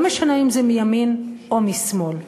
לא משנה אם מימין או משמאל.